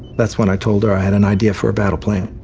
that's when i told her, i had an idea for a battle plan.